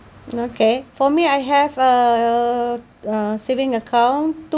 okay for me I have a uh saving account two